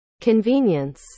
convenience